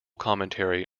commentary